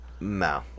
No